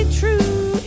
true